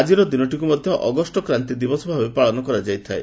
ଆଜିର ଦିନଟିକୁ ମଧ୍ୟ ଅଗଷ୍ଟ କ୍ରାନ୍ତି ଦିବସ ଭାବେ ପାଳନ କରାଯାଇଥାଏ